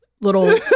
little